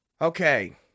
Okay